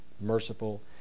merciful